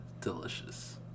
Delicious